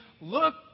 look